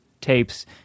tapes